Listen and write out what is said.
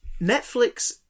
netflix